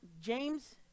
James